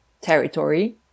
territory